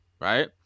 right